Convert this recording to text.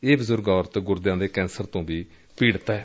ਇਹ ਬਜੂਰਗ ਔਰਤ ਗੁਰਦਿਆਂ ਦੇ ਕੈਂਸਰ ਤੋਂ ਪੀੜਤ ਏ